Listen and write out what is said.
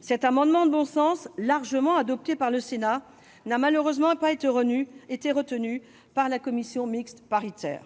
Cette disposition de bon sens, largement adoptée par le Sénat, n'a malheureusement pas été retenue par la commission mixte paritaire.